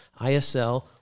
ISL